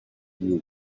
you